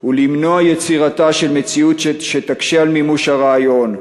ולמנוע יצירתה של מציאות שתקשה על מימוש הרעיון.